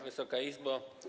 Wysoka Izbo!